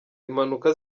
impanuka